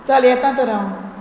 चल येता तर हांव